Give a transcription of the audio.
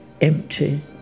empty